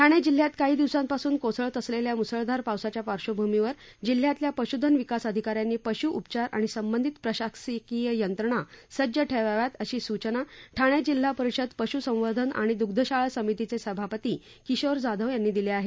ठाणे जिल्ह्यात गेल्या काही दिवसांपासून कोसळत असलेल्या मुसळधार पावसाच्या पार्श्वभूमीवर जिल्ह्यातल्या पशुधन विकास अधिकाऱ्यांनी पशू उपचार आणि संबंधित प्रशासकीय यंत्रणा सज्ज ठेवाव्यात अशा सुचना ठाणे जिल्हा परिषद पशूसंवर्धन आणि दृग्धशाळा समितीचे सभापती किशोर जाधव यांनी दिल्या आहेत